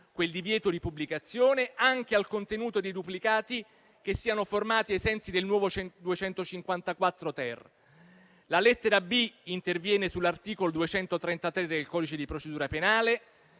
quel divieto di pubblicazione anche al contenuto di duplicati che siano formati ai sensi del nuovo 254-*ter*. La lettera *b*) interviene sull'articolo 233 del codice di procedura penale,